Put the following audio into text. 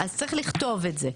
אז צריך לכתוב את זה,